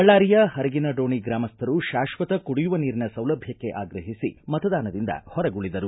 ಬಳ್ಳಾರಿಯ ಹರಗಿನಡೋಣಿ ಗ್ರಾಮಸ್ಥರು ಶಾಕ್ಷತ ಕುಡಿಯುವ ನೀರಿನ ಸೌಲಭ್ಯಕ್ಕೆ ಆಗ್ರಹಿಸಿ ಮತದಾನದಿಂದ ಹೊರಗುಳಿದರು